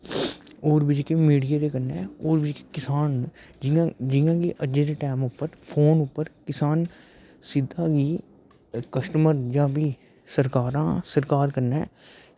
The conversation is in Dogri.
होर जेह्के मीडिया दे कन्नै होर जेह्के किसान न जियां की अज्जै दे टैम पर फोन पर सिद्धा भी कस्टमर सरकारां सरकार कन्नै